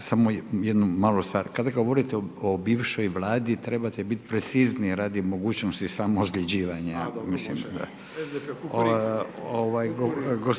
Samo jednu malu stvar, kada govorite o bivšoj Vladi, trebate biti precizniji radi mogućnosti samoozljeđivanja. …/Upadica